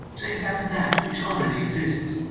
to examine that which already exists.